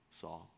saw